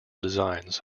designs